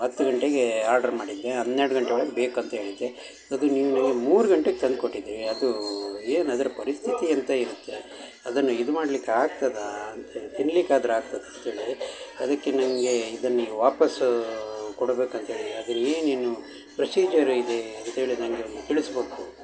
ಹತ್ತು ಗಂಟೆಗೆ ಆರ್ಡ್ರು ಮಾಡಿದ್ದೆ ಹನ್ನೆರಡು ಗಂಟೆಯೊಳಗೆ ಬೇಕು ಅಂತೇಳಿದ್ದೆ ಅದು ನೀವುಗಳು ಮೂರು ಗಂಟೆಗೆ ತಂದು ಕೊಟ್ಟಿದ್ದೀರಿ ಅದು ಏನು ಅದ್ರ ಪರಿಸ್ಥಿತಿ ಎಂಥ ಇರುತ್ತೆ ಅದನ್ನು ಇದು ಮಾಡ್ಲಿಕ್ಕೆ ಆಗ್ತದಾ ಅಂತೇಳಿ ತಿನ್ನಲಿಕ್ಕಾದ್ರು ಆಗ್ತದ ಅಂತೇಳಿ ಅದಕ್ಕೆ ನಿಮಗೆ ಇದನ್ನು ಈಗ ವಾಪಾಸ್ಸು ಕೊಡ್ಬೇಕು ಅಂತೇಳಿ ಅದನ್ನು ಏನಿನ್ನು ಪ್ರೊಸೀಜರ್ ಇದೆ ಅಂತೇಳಿ ನನ್ಗೆ ಅದು ತಿಳಿಸ್ಬೇಕು